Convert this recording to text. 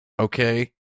okay